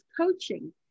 coaching